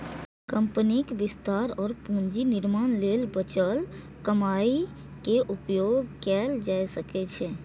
कंपनीक विस्तार और पूंजी निर्माण लेल बचल कमाइ के उपयोग कैल जा सकै छै